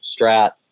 strat